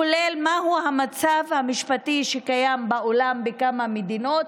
כולל מהו המצב המשפטי שקיים בעולם, בכמה מדינות,